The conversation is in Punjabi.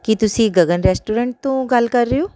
ਕੀ ਤੁਸੀਂ ਗਗਨ ਰੈਸਟੋਰੈਂਟ ਤੋਂ ਗੱਲ ਕਰ ਰਹੇ ਹੋ